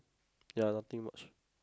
ya nothing much